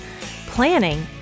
planning